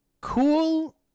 cool